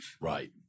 right